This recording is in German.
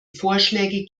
vorschläge